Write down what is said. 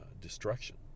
destruction